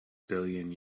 billion